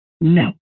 No